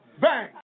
Bang